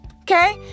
Okay